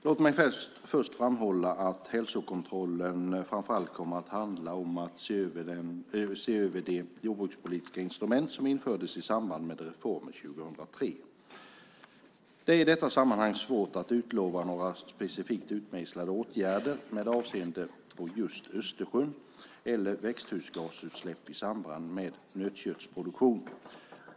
Låt mig först framhålla att hälsokontrollen framför allt kommer att handla om att se över de jordbrukspolitiska instrument som infördes i samband med reformen 2003. Det är i det sammanhanget svårt att utlova några specifikt utmejslade åtgärder med avseende på just Östersjön eller växthusgasutsläpp i samband med nötköttsproduktion.